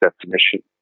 definition